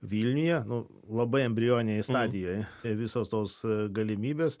vilniuje nu labai embrioninėje stadijoje visos tos galimybės